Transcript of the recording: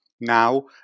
Now